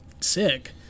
sick